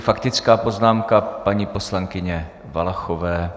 Faktická poznámka paní poslankyně Valachové.